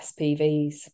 SPVs